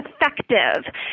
effective